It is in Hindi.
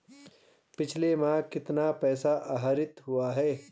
पिछले माह कितना पैसा आहरित हुआ है?